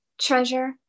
treasure